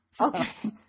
Okay